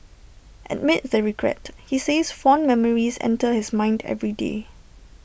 amid the regret he says fond memories enter his mind every day